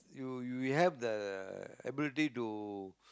you you have the ability to